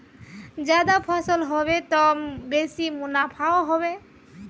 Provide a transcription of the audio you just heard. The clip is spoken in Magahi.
ज्यादा फसल ह बे त बेसी मुनाफाओ ह बे